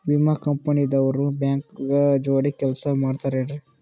ವಿಮಾ ಕಂಪನಿ ದವ್ರು ಬ್ಯಾಂಕ ಜೋಡಿ ಕೆಲ್ಸ ಮಾಡತಾರೆನ್ರಿ?